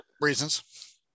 Reasons